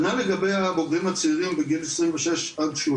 כנ"ל לגבי הבוגרים הצעירים בגיל 26-30,